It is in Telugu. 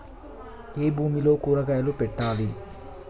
ఏ భూమిలో కూరగాయలు పెట్టాలి?